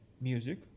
music